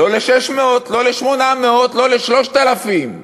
לא ל-600, לא ל-800, לא ל-3,000,